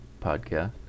podcast